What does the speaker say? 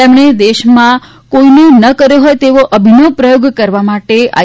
તેમણે દેશમાં કોઇએ ન કર્યો હોય તેવો અભિનવ પ્રયોગ કરવા માટે આઇ